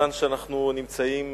כיוון שאנחנו נמצאים